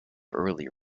early